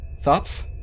Thoughts